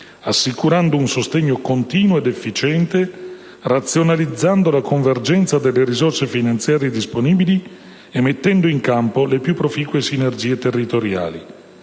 assicurando un sostegno continuo ed efficiente, razionalizzando la convergenza delle risorse finanziarie disponibili e mettendo in campo le più proficue sinergie territoriali.